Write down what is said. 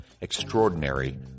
extraordinary